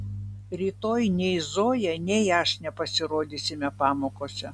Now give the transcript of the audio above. rytoj nei zoja nei aš nepasirodysime pamokose